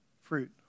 fruit